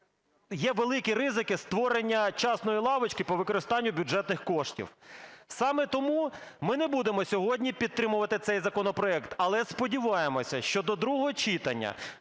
є великі ризики створення часної лавочки по використанню бюджетних коштів. Саме тому, ми не будемо сьогодні підтримувати цей законопроект. Але сподіваємося, що до другого читання